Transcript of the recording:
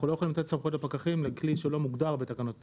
אנחנו לא יכולים לתת סמכויות לפקחים לכלי שלא מוגדר בתקנות התעבורה.